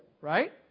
right